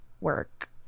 work